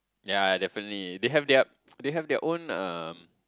yea definitely they have their they have their own um